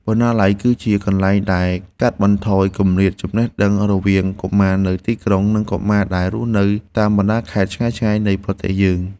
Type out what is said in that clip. បណ្ណាល័យ គឺជាកន្លែងដែលកាត់បន្ថយគម្លាតចំណេះដឹងរវាងកុមារនៅទីក្រុង និងកុមារដែលរស់នៅតាមបណ្តាខេត្តឆ្ងាយៗនៃប្រទេសយើង។